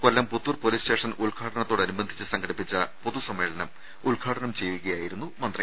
കൊല്ലം Puthur police station ഉദ്ഘാടനത്തോടനുബന്ധിച്ച് സംഘടിപ്പിച്ച പൊതുസമ്മേളനം ഉദ്ഘാടനം ചെയ്യുകയായിരുന്നു മന്ത്രി